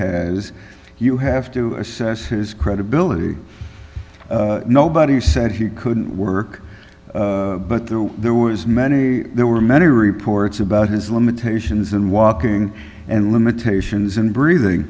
has you have to assess his credibility nobody said he couldn't work but there were there was many there were many reports about his limitations and walking and limitations and breathing